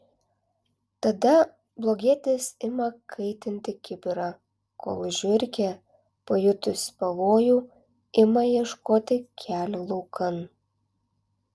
tada blogietis ima kaitinti kibirą kol žiurkė pajutusi pavojų ima ieškoti kelio laukan